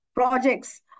projects